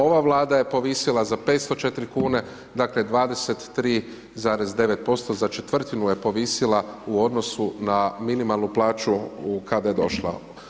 Ova Vlada je povisila za 504 kune, dakle 23,9%, za četvrtinu je povisila u odnosu na minimalnu plaću kada je došla.